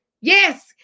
Yes